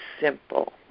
simple